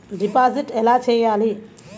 Deposit ఎలా చెయ్యాలి?